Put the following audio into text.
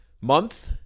month